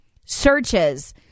searches